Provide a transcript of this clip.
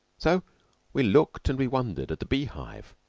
so we looked and we wondered at the beehive,